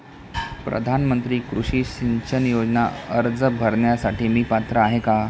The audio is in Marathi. प्रधानमंत्री कृषी सिंचन योजना अर्ज भरण्यासाठी मी पात्र आहे का?